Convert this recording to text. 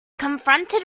confronted